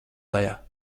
lejā